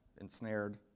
ensnared